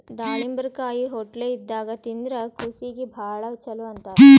ದಾಳಿಂಬರಕಾಯಿ ಹೊಟ್ಲೆ ಇದ್ದಾಗ್ ತಿಂದ್ರ್ ಕೂಸೀಗಿ ಭಾಳ್ ಛಲೋ ಅಂತಾರ್